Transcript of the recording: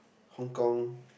Hong Kong